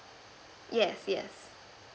yes yes